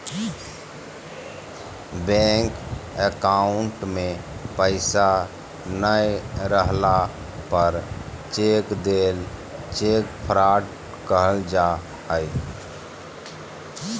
bank account में पैसा नय रहला पर चेक देल चेक फ्रॉड कहल जा हइ